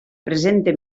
presente